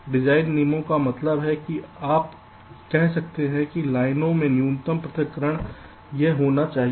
design नियम का मतलब है कि आप कह सकते हैं कि लाइनों में न्यूनतम पृथक्करण यह होना चाहिए